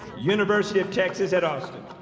university of texas at austin.